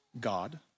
God